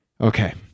okay